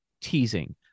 teasing